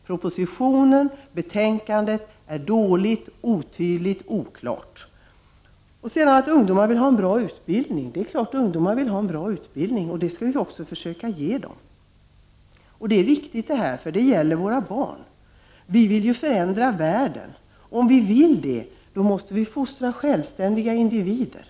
Propositionen och betänkandet ger ett dåligt, otydligt och oklart underlag. Det är klart att ungdomar vill ha en bra utbildning. Det skall vi också försöka ge dem. Det är viktigt, det gäller våra barn. Vi vill ju förändra världen. Om vi vill det, då måste vi fostra självständiga individer.